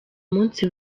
munsi